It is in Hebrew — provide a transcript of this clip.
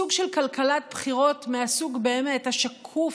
סוג של כלכלת בחירות מהסוג השקוף